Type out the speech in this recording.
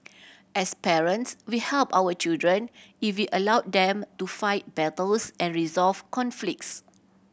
as parents we help our children if we allow them to fight battles and resolve conflicts